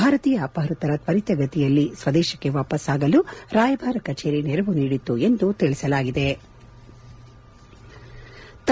ಭಾರತೀಯ ಅಪಹೃತರ ತ್ವರಿತ ಗತಿಯಲ್ಲಿ ಸ್ವದೇಶಕ್ಕೆ ವಾಪಸ್ಸಾಗಲು ರಾಯಭಾರಿ ಕಚೇರಿ ನೆರವು ನೀಡಿತ್ತು ಎಂದು ತಿಳಿಸಲಾಯಿತು